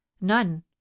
none